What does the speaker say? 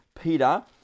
Peter